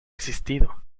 existido